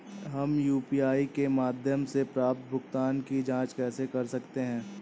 हम यू.पी.आई के माध्यम से प्राप्त भुगतान की जॉंच कैसे कर सकते हैं?